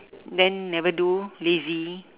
then never do lazy